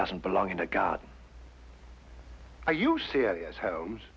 doesn't belong to god are you serious holmes